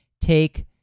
take